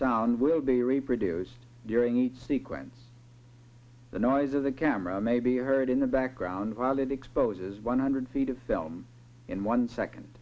sound will be reproduced during each sequence the noise of the camera may be heard in the background while it exposes one hundred feet of film in one second